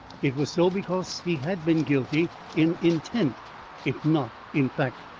it was so because he had been guilty in intent if not in fact.